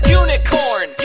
unicorn